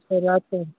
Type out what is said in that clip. ಸರಿ ಆಯ್ತು ತೊಗೊ